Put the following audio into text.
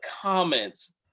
comments